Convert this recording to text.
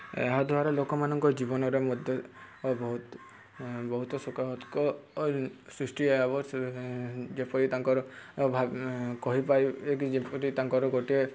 ଏହା ଦ୍ୱାରା ଲୋକମାନଙ୍କ ଜୀବନରେ ମଧ୍ୟ ବହୁତ ବହୁତ ସକାରାତ୍ମକ ସୃଷ୍ଟି ହେବ ଯେପରି ତାଙ୍କର କହିପାରିବେକି ଯେପରି ତାଙ୍କର ଗୋଟିଏ